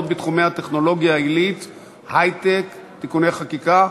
בתחומי הטכנולוגיה העילית (היי-טק) (תיקוני חקיקה),